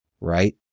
Right